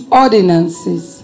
ordinances